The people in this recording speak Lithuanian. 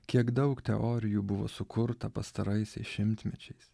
kiek daug teorijų buvo sukurta pastaraisiais šimtmečiais